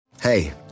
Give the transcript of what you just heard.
Hey